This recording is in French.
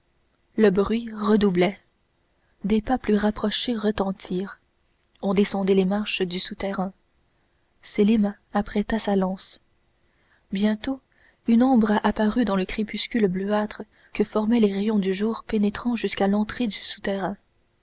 le bruit redoublait des pas plus rapprochés retentirent on descendait les marches du souterrain sélim apprêta sa lance bientôt une ombre apparut dans le crépuscule bleuâtre que formaient les rayons du jour pénétrant jusqu'à l'entrée du souterrain